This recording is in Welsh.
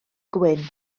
gwyn